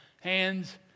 hands